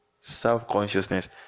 self-consciousness